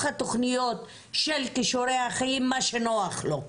התכניות של כישורי החיים מה שנוח לו.